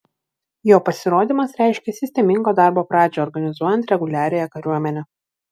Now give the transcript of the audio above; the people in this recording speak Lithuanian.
jo pasirodymas reiškė sistemingo darbo pradžią organizuojant reguliariąją kariuomenę